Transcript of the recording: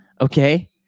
okay